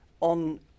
on